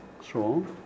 strong